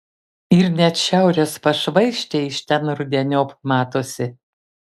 ir net šiaurės pašvaistė iš ten rudeniop matosi